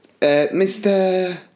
Mr